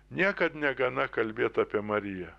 niekad negana kalbėt apie mariją